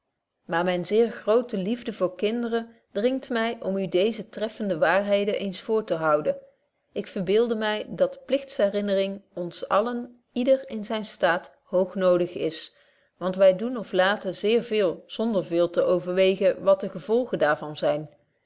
maar myne zeer groote liefde voor kinderen dringt my om u deeze treffende waarheden eens voor te houden ik verbeelde my dat pligts herinnering ons allen yder in zynen staat hoognodig is want wy doen of laten zeer veel zonder veel te overwegen wat de gevolgen daar van zyn